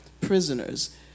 prisoners